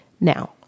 Now